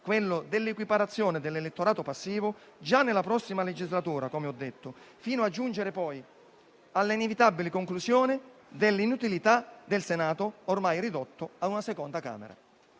passo, l'equiparazione dell'elettorato passivo già nella prossima legislatura, come ho detto, fino a giungere poi all'inevitabile conclusione dell'inutilità del Senato, ormai ridotto a una seconda Camera.